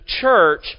church